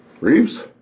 Reeves